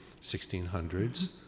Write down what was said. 1600s